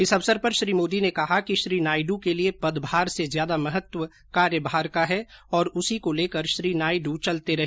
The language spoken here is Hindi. इस अवसर पर श्री मोदी ने कहा कि श्री नायड् के लिए पदभार से ज्यादा महत्व कार्यभार का है और उसी को लेकर श्री नायड् चलते रहे